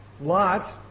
Lot